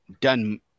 done